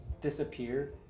disappear